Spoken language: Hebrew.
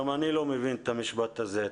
גם אני לא מבין את המשפט הזה.